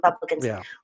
Republicans